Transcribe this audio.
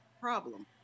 problem